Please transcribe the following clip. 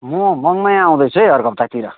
म मङमाया आउँदैछु है अर्को हप्तातिर